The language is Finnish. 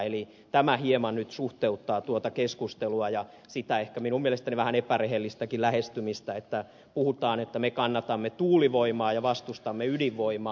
eli tämä nyt hieman suhteuttaa tuota keskustelua ja sitä minun mielestäni ehkä vähän epärehellistäkin lähestymistä että puhutaan että me kannatamme tuulivoimaa ja vastustamme ydinvoimaa